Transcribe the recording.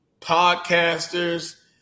podcasters